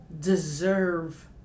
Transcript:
deserve